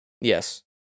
Yes